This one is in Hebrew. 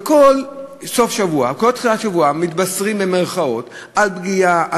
ובכל סוף שבוע או בכל תחילת שבוע "מתבשרים" על פגיעה,